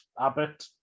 abbott